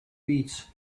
beats